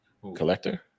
Collector